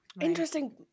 Interesting